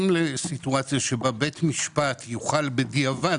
לסיטואציה שבה בית משפט יוכל בדיעבד,